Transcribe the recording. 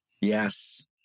Yes